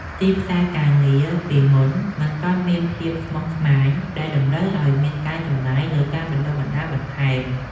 ទីផ្សារការងារកាលពីមុនមិនទាន់មានភាពស្មុគស្មាញដែលតម្រូវឱ្យមានការចំណាយលើការបណ្ដុះបណ្ដាលបន្ថែម។